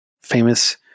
famous